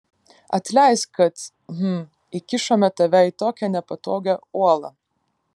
atleisk kad hm įkišome tave į tokią nepatogią olą